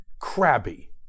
crabby